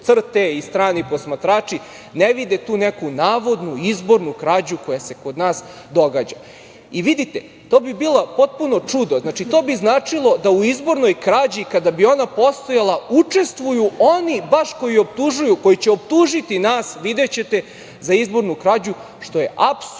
i strani posmatrači ne vide tu neku navodnu izbornu krađu koja se kod nas događa? To bi bilo potpuno čudo. Znači, to bi značilo da u izbornoj krađi, kada bi ona postojala, učestvuju baš oni koji optužuju, koji će optužiti nas, videćete, za izbornu krađu, što je apsolutno